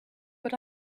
but